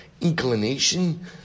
inclination